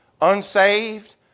unsaved